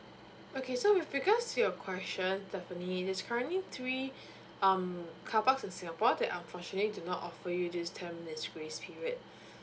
okay so with regards to your question definitely there's currently three um carparks in singapore that unfortunately do not offer for you this ten minutes grace period